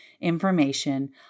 information